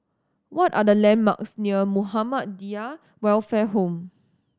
what are the landmarks near Muhammadiyah Welfare Home